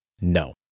no